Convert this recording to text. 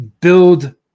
build